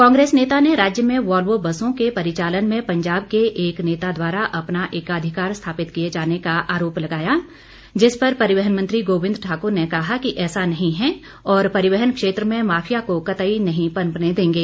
कांग्रेस नेता ने राज्य में वॉल्वो बसों के परिचालन में पंजाब के एक नेता द्वारा अपना एकाधिकार स्थापित किए जाने का आरोप लगाया जिस पर परिवहन मंत्री गोबिंद ठाकुर ने कहा कि ऐसा नही है और परिवहन क्षेत्र में माफिया को कतई नहीं पनपने देंगे